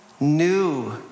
new